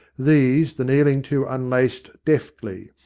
these the kneeling two unlaced deftly,